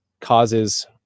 causes